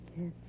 Yes